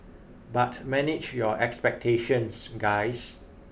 but manage your expectations guys